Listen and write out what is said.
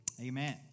Amen